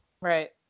Right